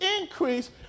increase